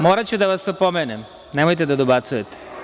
Moraću da vas opomenem, nemojte da dobacujete.